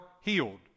healed